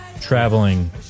traveling